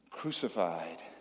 Crucified